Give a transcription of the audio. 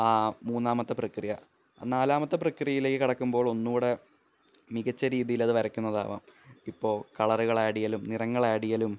ആ മൂന്നാമത്തെ പ്രക്രിയ നാലാമത്തെ പ്രക്രിയയിലേക്ക് കടക്കുമ്പോള് ഒന്നു കൂടി മികച്ച രീതിയില് അതു വരക്കുന്നതാകാം ഇപ്പോൾ കളറുകള് ആഡ് ചെയ്യലും നിറങ്ങള് ആഡ് ചെയ്യലും